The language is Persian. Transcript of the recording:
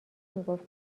میگفت